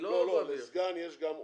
לא, לסגן יש גם עוזר.